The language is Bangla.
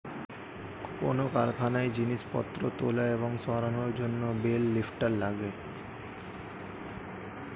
কোন কারখানায় জিনিসপত্র তোলা এবং সরানোর জন্যে বেল লিফ্টার লাগে